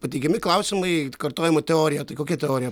pateikiami klausimai kartojimo teorija tai kokia teorija